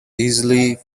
easily